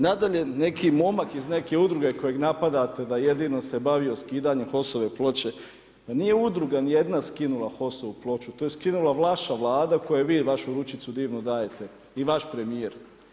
Nadalje neki momak, iz neke udruge kojega napadate, da jedino se bavio skidanjem HOS-ovu ploče, pa nije udruga ni jedna skinula HOS-ovu, to je skinula vaša vlada koju vi i vašu ručicu divnu dajete i vaš premjer.